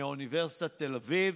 מאוניברסיטת תל אביב,